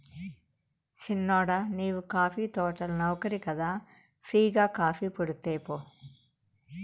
సిన్నోడా నీవు కాఫీ తోటల నౌకరి కదా ఫ్రీ గా కాఫీపొడి తేపో